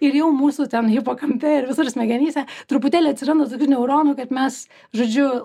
ir jau mūsų ten hipokampe ir visur smegenyse truputėlį atsiranda tokių neuronų kad mes žodžiu